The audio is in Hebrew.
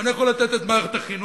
ואני יכול לתת את מערכת החינוך,